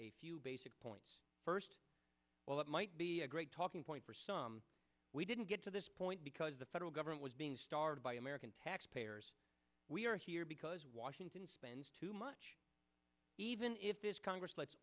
a few basic points first well it might be a great talking point for some we didn't get to this point because the federal government was being starved by american taxpayers we are here because washington spends too much even if this congress let